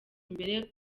imbere